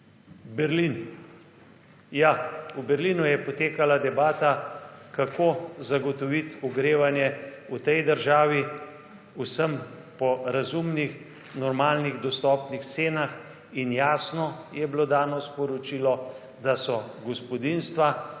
Berlin. Ja, v Berlinu je potekala debata, kako zagotovit ogrevanje v tej državi, vsem po razumnih, normalnih, dostopnih cenah in jasno je bilo dano sporočilo, da so gospodinjstva,